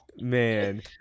Man